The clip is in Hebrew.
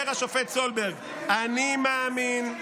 אומר השופט סולברג: "אני מאמין,